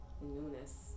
Newness